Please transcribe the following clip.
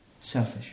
Selfish